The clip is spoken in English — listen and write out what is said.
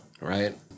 Right